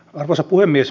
arvoisa puhemies